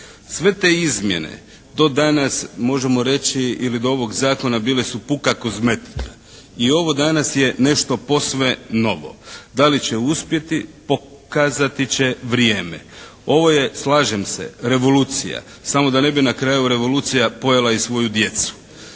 Sve te izmjene do danas možemo reći ili do ovog zakona bile su puka kozmetika i ovo danas je nešto posve novo. Da li će uspjeti pokazati će vrijeme. Ovo je slažem se revolucija samo da ne bi na kraju revolucija pojela i svoju djecu.